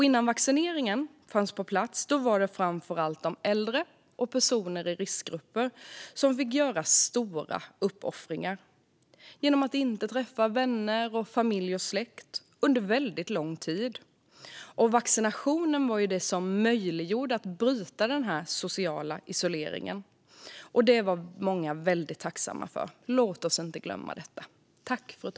Innan vaccineringen kom igång var det framför allt de äldre och personer i riskgrupper som fick göra stora uppoffringar genom att inte träffa vänner, familj och släkt under väldigt långt tid. Vaccinationerna var det som gjorde det möjligt att bryta den sociala isoleringen, och det var många väldigt tacksamma för. Låt oss inte glömma det!